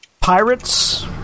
Pirates